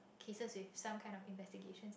cases with some kind of investigations